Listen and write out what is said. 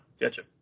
gotcha